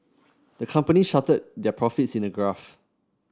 the company charted their profits in a graph